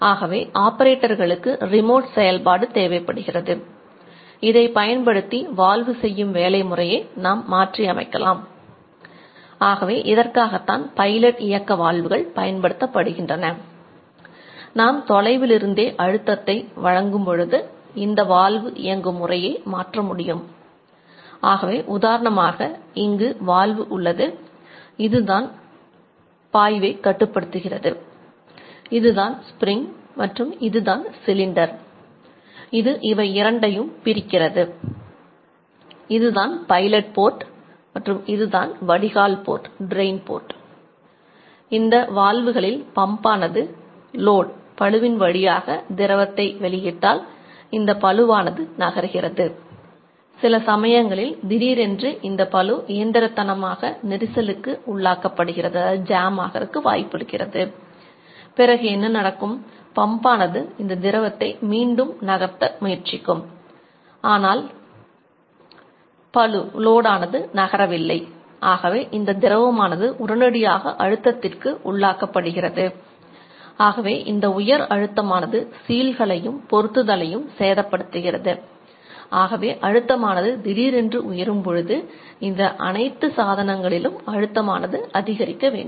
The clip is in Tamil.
ஆகவே ஆபரேட்டர்களுக்கு ரிமோட் செயல்பாடு இந்த வால்வுகளில் பம்பானது அழுத்தமானது அதிகரிக்க வேண்டும்